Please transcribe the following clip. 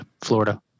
Florida